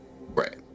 Right